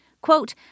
quote